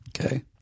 Okay